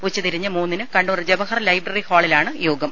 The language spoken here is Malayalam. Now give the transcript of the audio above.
ഉച്ച തിരിഞ്ഞ് മൂന്നിന് കണ്ണൂർ ജവഹർ ലൈബ്രറി ഹാളിലാണ് യോഗം